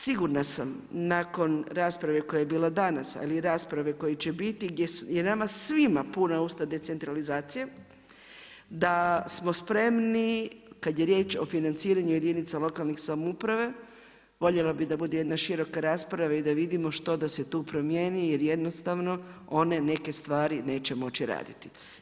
Sigurna sam nakon rasprave koja je bila danas, ali i rasprave koja će biti, gdje je nama svima puna usta decentralizacije, da smo spremi, kad je riječ o financiranju jedinica lokalne samouprave, voljela bi da bude jedna široka rasprava i da vidimo što da se tu promjeni jer jednostavno, one neke stvari neće moći raditi.